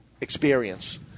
experience